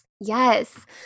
Yes